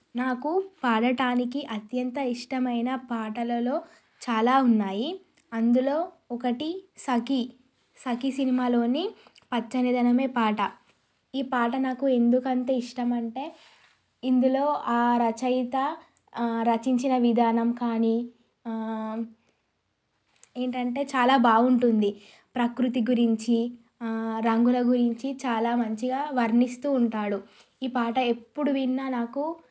నాకు పాడటానికి అత్యంత ఇష్టమైన పాటలలో చాలా ఉన్నాయి అందులో ఒకటి సఖి సఖి సినిమాలోని పచ్చనిధనమే పాట ఈ పాట నాకు ఎందుకంత ఇష్టం అంటే ఇందులో ఆ రచయిత రచించిన విధానం కానీ ఏంటంటే చాలా బాగుంటుంది ప్రకృతి గురించి రంగుల గురించి చాలా మంచిగా వర్ణిస్తు ఉంటాడు ఈ పాట ఎప్పుడు విన్నా నాకు